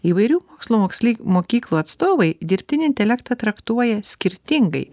įvairių mokslų moksli mokyklų atstovai dirbtinį intelektą traktuoja skirtingai